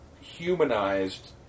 humanized